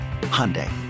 Hyundai